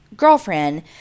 girlfriend